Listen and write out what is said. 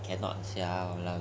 cannot sia !walao!